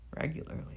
regularly